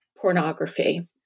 pornography